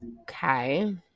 Okay